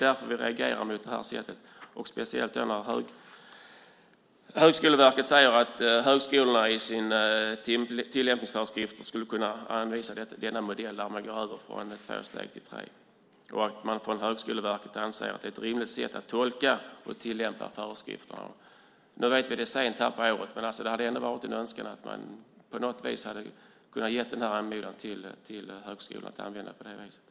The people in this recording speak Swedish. Därför reagerar vi mot det här sättet, speciellt när Högskoleverket säger att högskolan i sina tillämpningsföreskrifter skulle kunna anvisa en modell där man går över från två steg till tre. Från Högskoleverket anser man att det är ett rimligt sätt att tolka och tillämpa föreskrifterna. Nu vet vi att det är sent på året, men det hade ändå varit en önskan att man på något sätt kunde ha gett en sådan anmodan till högskolan att göra på detta sätt.